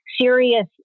serious